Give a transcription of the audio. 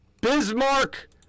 Bismarck